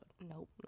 Nope